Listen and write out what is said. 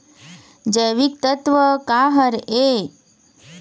जैविकतत्व का हर ए?